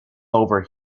over